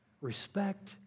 respect